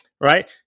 right